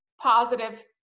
positive